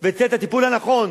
ותציע את הטיפול הנכון.